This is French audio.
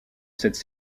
cette